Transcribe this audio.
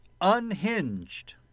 Unhinged